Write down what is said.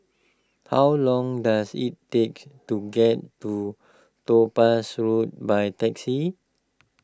how long does it takes to get to Topaz Road by taxi